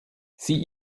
sie